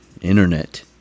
internet